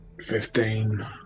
fifteen